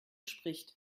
spricht